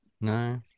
no